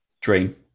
Dream